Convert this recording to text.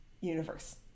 universe